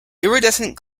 iridescent